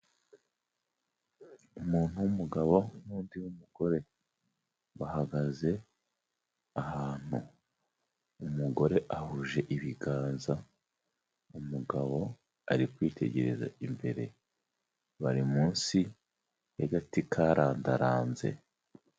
Umuntu w'umugabo n'undi w'umugore, bahagaze ahantu, umugore ahuje ibiganza, umugabo ari kwitegereza imbere, bari munsi y'agati karadaranze.